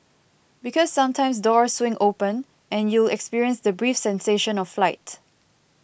because sometimes doors swing open and you'll experience the brief sensation of flight